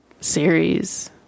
series